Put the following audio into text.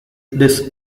this